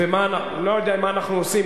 אני לא יודע אם מה אנחנו עושים,